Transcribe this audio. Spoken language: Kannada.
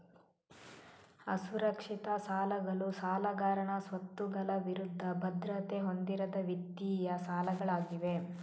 ಅಸುರಕ್ಷಿತ ಸಾಲಗಳು ಸಾಲಗಾರನ ಸ್ವತ್ತುಗಳ ವಿರುದ್ಧ ಭದ್ರತೆ ಹೊಂದಿರದ ವಿತ್ತೀಯ ಸಾಲಗಳಾಗಿವೆ